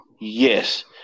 Yes